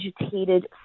agitated